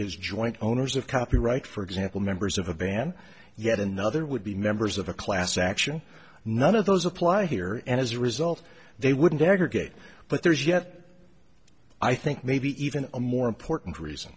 is joint owners of copyright for example members of a band yet another would be members of a class action none of those apply here and as a result they wouldn't dare gate but there's yet i think maybe even a more important reason